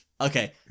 okay